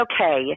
okay